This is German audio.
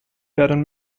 werden